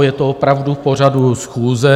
Je to opravdu k pořadu schůze.